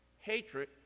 Hatred